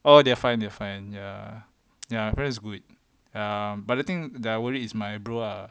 oh they're fine they're fine ya ya my parent's good um but the thing that I worry is my bro ah